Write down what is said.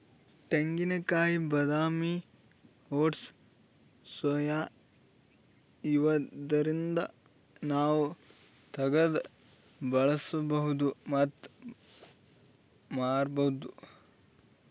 ತೆಂಗಿನಕಾಯಿ ಬಾದಾಮಿ oats soya ಇವ್ದರಿಂದ್ ನಾವ್ ತಗ್ದ್ ಬಳಸ್ಬಹುದ್ ಮತ್ತ್ ಮಾರ್ಬಹುದ್